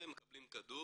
מקבלים כדור,